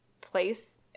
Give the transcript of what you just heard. place